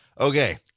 Okay